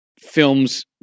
films